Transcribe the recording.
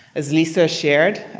as lisa shared,